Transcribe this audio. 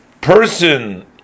person